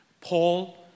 Paul